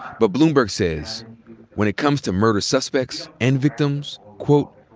but bloomberg says when it comes to murder suspects and victims, quote,